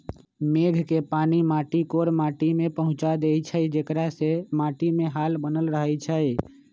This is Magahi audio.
मेघ के पानी माटी कोर माटि में पहुँचा देइछइ जेकरा से माटीमे हाल बनल रहै छइ